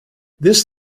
this